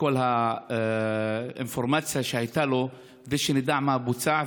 כל האינפורמציה שהייתה לו ושנדע מה בוצע,